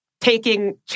taking